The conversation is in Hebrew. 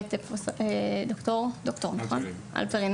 ובאמת ד"ר הלפרן